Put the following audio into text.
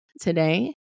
Today